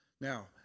Now